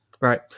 right